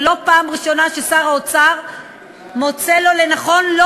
זו לא הפעם הראשונה ששר האוצר מוצא לו לנכון לא